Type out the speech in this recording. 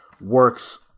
works